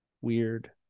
weird